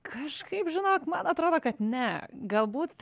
kažkaip žinok man atrodo kad ne galbūt